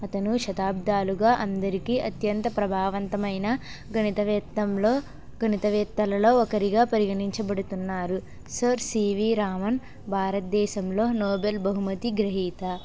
అతను శతాబ్దాలుగా అందరికి అత్యంత ప్రభావంతమైన గణితవేత్తంలో గణితవేత్తలలో ఒకరిగా పరిగణించబడుతున్నారు సార్ సివి రామన్ భారతదేశంలో నోబెల్ బహుమతి గ్రహీత